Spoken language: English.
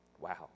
Wow